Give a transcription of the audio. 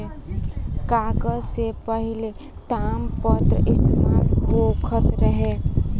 कागज से पहिले तामपत्र इस्तेमाल होखत रहे